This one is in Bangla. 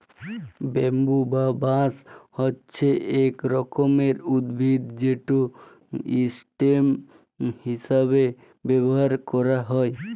ব্যাম্বু বা বাঁশ হছে ইক রকমের উদ্ভিদ যেট ইসটেম হিঁসাবে ব্যাভার ক্যারা হ্যয়